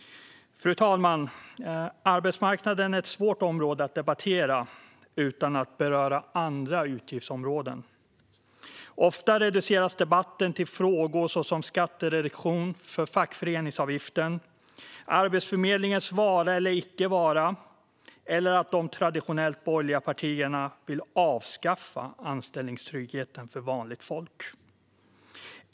Fru talman! Arbetsmarknaden är ett svårt område att debattera utan att beröra andra utgiftsområden. Oftast reduceras debatten till frågor som skattereduktion för fackföreningsavgiften, Arbetsförmedlingens vara eller icke vara eller att de traditionellt borgerliga partierna vill avskaffa anställningstryggheten för vanligt folk.